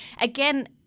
Again